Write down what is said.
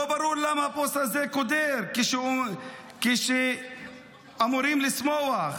לא ברור למה הפוסט הזה קודר כשאמורים לשמוח,